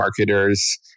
marketer's